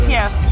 yes